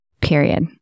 period